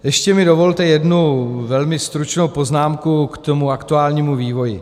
Ještě mi dovolte jednu velmi stručnou poznámku k aktuálnímu vývoji.